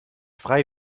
frei